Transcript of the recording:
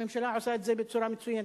הממשלה עושה את זה בצורה מצוינת.